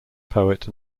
poet